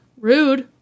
Rude